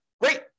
Great